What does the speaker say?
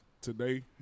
today